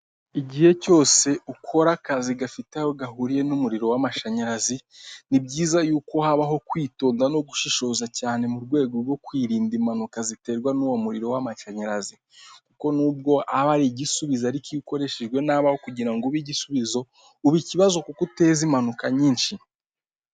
Igihe cyose ukora akazi gafite aho gahuriye n'umuriro w'amashanyarazi, ni byiza yuko habaho kwitonda no gushishoza cyane mu rwego rwo kwirinda impanuka ziterwa n'wo muriro w'amashanyarazi, kuko nubwo aba ari igisubizo ariko iyo ukoreshejwe nabi aho kugira ngo ube igisubizo uba ikibazo kuko uteza impanuka nyinshi.